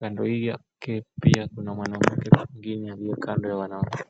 Kando yake pia kuna mwanaume mwingine aliye kando ya wanawake.